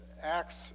Acts